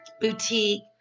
boutique